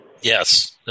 Yes